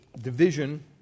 division